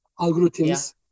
algorithms